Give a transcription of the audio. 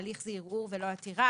ההליך הוא ערעור ולא עתירה.